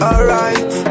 Alright